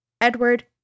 Edward